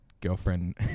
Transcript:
girlfriend